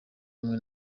hamwe